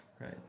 Right